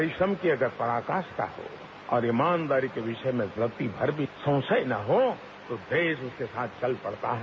परिश्रम की अगर पराकाष्ठा हो और ईमानदारी के विषय में रत्ती भर संशय न हो तो देश उसके साथ चल पड़ता है